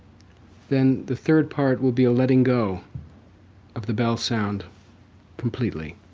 then the third part will be a letting go of the bell sound completely.